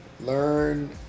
learn